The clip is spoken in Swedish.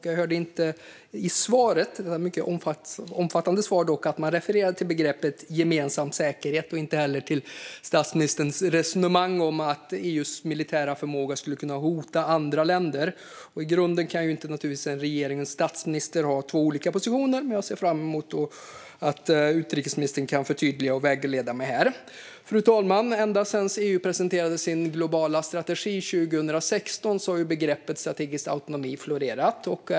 Jag hörde inte i det mycket omfattande svaret att man refererar till begreppet gemensam säkerhet och inte heller till statsministerns resonemang om att EU:s militära förmåga skulle kunna hota andra länder. I grunden kan naturligtvis inte en regering och en statsminister ha två olika positioner. Men jag ser fram emot att utrikesministern kan förtydliga och vägleda mig här. Fru talman! Ända sedan EU presenterade sin globala strategi 2016 har begreppet strategisk autonomi florerat.